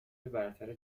برتر